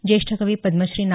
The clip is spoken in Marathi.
ज्येष्ठ कवी पद्मश्री ना